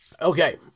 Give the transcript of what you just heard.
okay